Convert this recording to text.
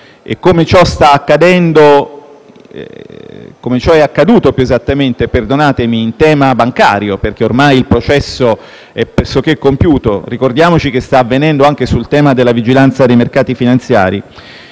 come ciò è accaduto in tema bancario, perché ormai il processo è pressoché compiuto (ricordiamo che sta avvenendo anche sul tema della vigilanza dei mercati finanziari)